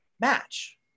match